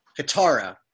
Katara